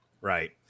Right